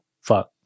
fuck